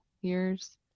years